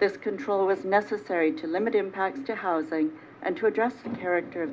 this control is necessary to limit impact to housing and to address character of